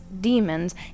demons